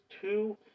two